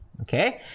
Okay